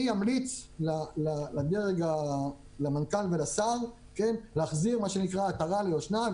אני אמליץ למנכ"ל ולשר להחזיר עטרה ליושנה,